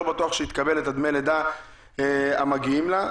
לא בטוח שהיא תקבל את דמי הלידה המגיעים לה.